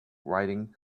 riding